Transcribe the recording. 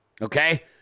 Okay